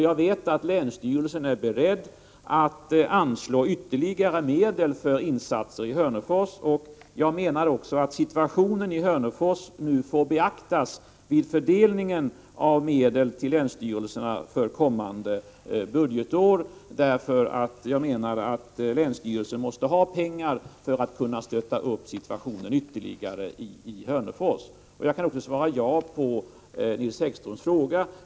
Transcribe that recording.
Jag vet att länsstyrelsen är beredd att anslå ytterligare medel för insatser i Hörnefors, och jag menar också att situationen i Hörnefors nu får beaktas vid fördelningen av medel till länsstyrelserna för kommande budgetår. Länsstyrelsen måste ha pengar för att kunna ge ytterligare stöd i den situation som Hörnefors befinner sig i. Jag kan också svara ja på Nils Häggströms fråga.